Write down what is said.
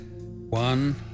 One